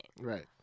Right